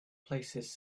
places